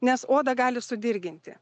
nes odą gali sudirginti